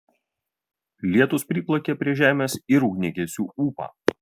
lietūs priplakė prie žemės ir ugniagesių ūpą